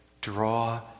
draw